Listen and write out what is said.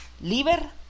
Liver